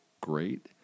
great